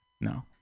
no